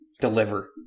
deliver